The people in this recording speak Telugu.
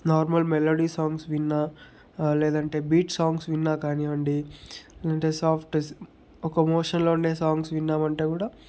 నార్మల్ మెలోడీ సాంగ్స్ విన్న లేదంటే బీట్ సాంగ్స్ విన్నా కానివ్వండి లేదంటే సాఫ్ట్ ఒక ఎమోషన్లో ఉండే సాంగ్స్ విన్నామంటే కూడా